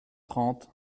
trente